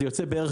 מטורף,